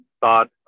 thought